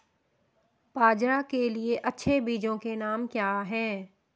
बाजरा के लिए अच्छे बीजों के नाम क्या हैं?